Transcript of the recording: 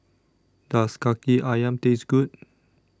Does Kaki Ayam Taste Good